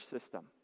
system